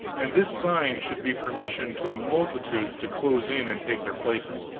and this sign should be permission to the multitudes to close in and take their places.